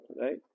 Right